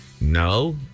no